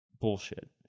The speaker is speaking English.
bullshit